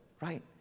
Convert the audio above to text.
right